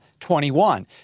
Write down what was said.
21